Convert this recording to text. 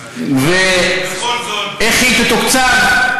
ואיך היא תתוקצב.